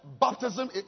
baptism